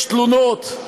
יש תלונות,